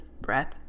breath